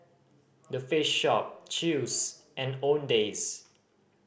The Face Shop Chew's and Owndays